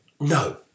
No